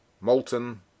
molten